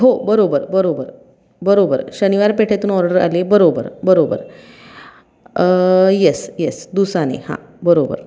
हो बरोबर बरोबर बरोबर शनिवारपेठेतून ऑर्डर आले बरोबर बरोबर येस येस दुसाने हां बरोबर